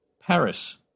Paris